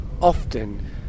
often